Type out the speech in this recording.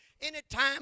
Anytime